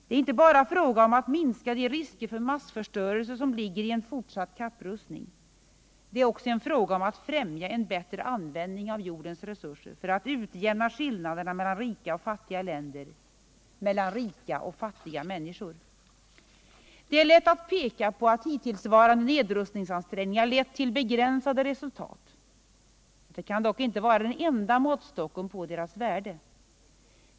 Det är inte bara fråga om att minska de risker för massförstörelse som ligger i en fortsatt kapprustning. Det är också en fråga om att främja en bättre användning av jordens resurser för att utjämna skillnaderna mellan rika och fattiga länder, mellan rika och fattiga människor. Det är lätt att peka på att hittillsvarande nedrustningsansträngningar lett till begränsade resultat. Det kan dock inte vara den enda måttstocken på deras värde.